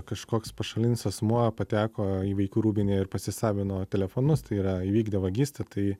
kažkoks pašalinis asmuo pateko į vaikų rūbinę ir pasisavino telefonus tai yra įvykdė vagystę tai